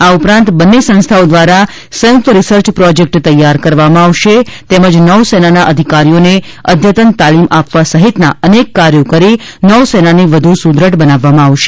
આ ઉપરાંત બન્ને સંસ્થાઓ દ્વારા સંયુક્ત રિસર્ચ પ્રોજેક્ટ તૈયાર કરવામાં આવશે તેમજ નૌસેનાના અધિકારીઓને અદ્યતન તાલીમ આપવા સહિતનાં અનેક કાર્યો કરી નૌસેનાને વધુ સુદૃઢ બનાવવામાં આવશે